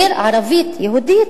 עיר ערבית-יהודית,